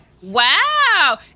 Wow